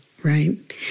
Right